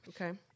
Okay